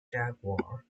jaguar